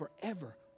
forever